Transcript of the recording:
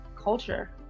culture